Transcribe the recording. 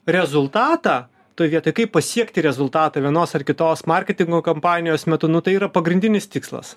rezultatą toj vietoj kaip pasiekti rezultatą vienos ar kitos marketingo kampanijos metu nu tai yra pagrindinis tikslas